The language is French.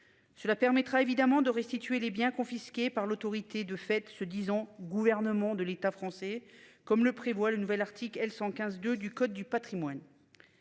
Cela permettra évidemment de restituer les biens confisqués par l'autorité de fait se disant gouvernement de l'État français, comme le prévoit le nouvel article L 115 2 du code du patrimoine.